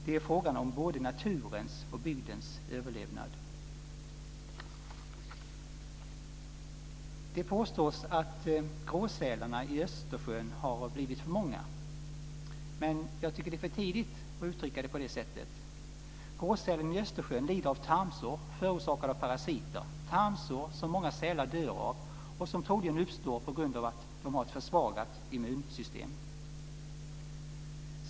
Det är fråga om både naturens och bygdens överlevnad. Det påstås att gråsälarna i Östersjön har blivit för många. Men jag tycker att det är för tidigt att uttrycka det på det sättet. Gråsälen i Östersjön lider av tarmsår förorsakade av parasiter, tarmsår som många sälar dör av och som troligen uppstår på grund av att de har ett försvagat immunsystem.